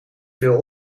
veel